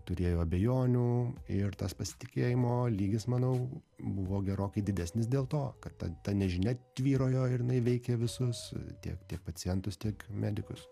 turėjo abejonių ir tas pasitikėjimo lygis manau buvo gerokai didesnis dėl to kad ta ta nežinia tvyrojo ir veikė visus tiek pacientus tiek medikus